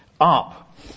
up